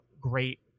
great